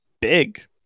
big